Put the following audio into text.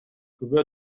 күбө